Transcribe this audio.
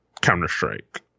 Counter-Strike